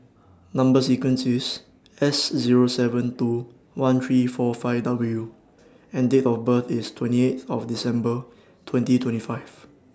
Number sequence IS S Zero seven two one three four five W and Date of birth IS twenty eight of December twenty twenty five